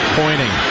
pointing